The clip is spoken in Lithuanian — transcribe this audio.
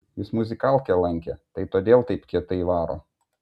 jis muzikalkę lankė tai todėl taip kietai varo